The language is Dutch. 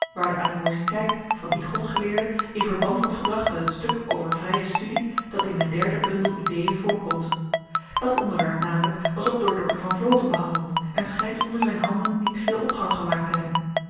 waar de animoziteit van dien godgeleerde in verband wordt gebracht met het stuk over vrye studie dat in m'n iiin bundel ideen voorkomt dat onderwerp namelyk was ook door dr van vl behandeld en schynt onder zyn handen niet veel opgang gemaakt te hebben